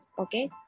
okay